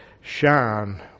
shine